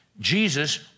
Jesus